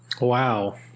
Wow